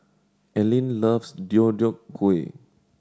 Aleen loves Deodeok Gui